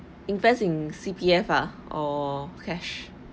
invest in C_P_F ah or cash